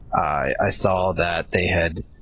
i saw that they had